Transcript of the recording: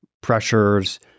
pressures